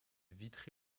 vitry